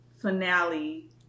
finale